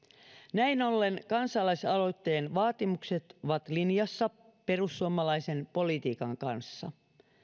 näin ollen kansalaisaloitteen vaatimukset ovat linjassa perussuomalaisen politiikan kanssa